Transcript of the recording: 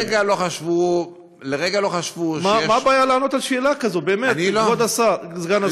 מה הבעיה לענות על שאלה כזאת, כבוד סגן השר?